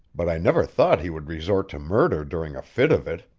but i never thought he would resort to murder during a fit of it.